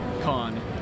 con